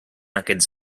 aquests